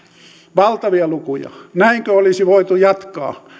valtavia lukuja näinkö olisi voitu jatkaa